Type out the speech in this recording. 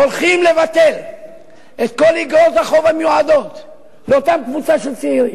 הולכים לבטל את כל איגרות החוב המיועדות לאותה קבוצה של צעירים.